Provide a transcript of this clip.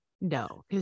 No